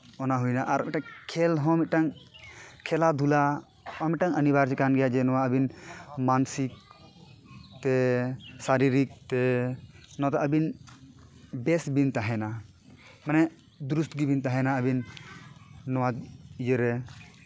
ᱚᱱᱟ ᱦᱩᱭᱱᱟ ᱟᱨ ᱢᱤᱫᱴᱟᱝ ᱠᱷᱮᱞᱦᱚᱸ ᱢᱤᱫᱴᱟᱝ ᱠᱷᱮᱞᱟ ᱫᱩᱞᱟ ᱚᱱᱟ ᱢᱤᱫᱴᱟᱝ ᱚᱱᱤᱵᱟᱨᱡᱚ ᱠᱟᱱ ᱜᱮᱭᱟ ᱡᱮ ᱱᱚᱣᱟ ᱟᱹᱵᱤᱱ ᱢᱟᱱᱚᱥᱤᱠᱛᱮ ᱥᱟᱨᱤᱨᱤᱠᱛᱮ ᱱᱚᱣᱟ ᱫᱚ ᱟᱹᱵᱤᱱ ᱵᱮᱥ ᱵᱤᱱ ᱛᱟᱦᱮᱱᱟ ᱢᱟᱱᱮ ᱫᱩᱨᱩᱥᱛ ᱜᱮᱵᱤᱱ ᱛᱟᱦᱮᱱᱟ ᱟᱹᱵᱤᱱ ᱱᱚᱣᱟ ᱤᱭᱟᱹ ᱨᱮ